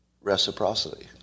reciprocity